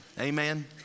Amen